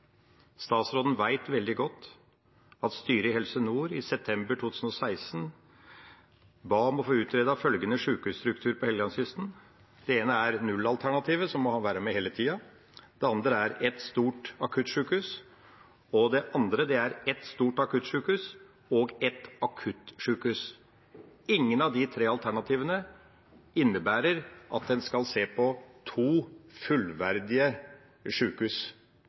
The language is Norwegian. Statsråden vet veldig godt at styret i Helse Nord i september 2016 ba om å få utredet følgende sykehusstrukturer på helgelandskysten: Det ene er 0-alternativet, som har vært med hele tida. Det andre er ett stort akuttsykehus. Det tredje er ett stort akuttsykehus og ett akuttsykehus. Ingen av de tre alternativene innebærer at en skal se på to fullverdige